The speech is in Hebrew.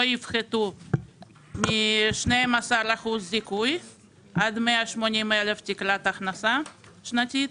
יפחתו מ-12% זיכוי עד תקרת הכנסה שנתית